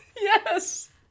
Yes